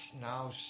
now